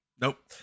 Nope